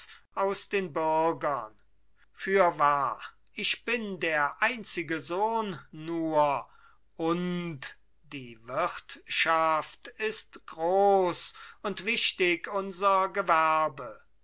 aus den bürgern fürwahr ich bin der einzige sohn nur und die wirtschaft ist groß und wichtig unser gewerbe